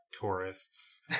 tourists